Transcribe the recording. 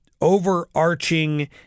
overarching